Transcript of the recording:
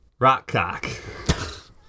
Rockcock